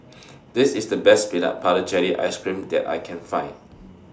This IS The Best Peanut Butter Jelly Ice Cream that I Can Find